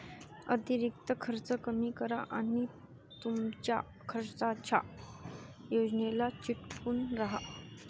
अतिरिक्त खर्च कमी करा आणि तुमच्या खर्चाच्या योजनेला चिकटून राहा